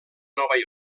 nova